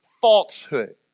falsehood